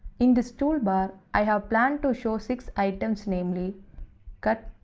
in this toolbar i have planned to show six items, namely cut,